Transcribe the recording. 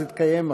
יתקיים,